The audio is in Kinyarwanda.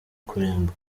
kuremba